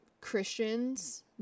christians